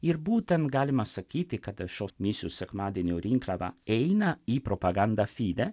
ir būtent galima sakyti kad šios misijos sekmadienio rinkliava eina į propagandą fide